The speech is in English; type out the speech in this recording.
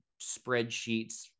spreadsheets